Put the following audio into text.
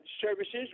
services